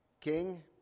king